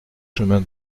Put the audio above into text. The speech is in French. chemin